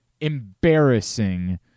embarrassing –